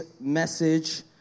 message